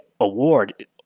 award